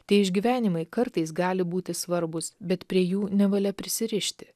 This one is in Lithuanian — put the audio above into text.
tie išgyvenimai kartais gali būti svarbūs bet prie jų nevalia prisirišti